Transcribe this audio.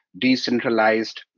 decentralized